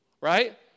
right